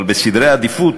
אבל בסדרי עדיפויות,